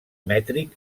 mètric